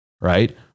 right